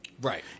Right